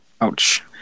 ouch